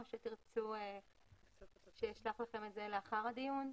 או שתרצו שאשלח לכם את זה לאחר הדיון?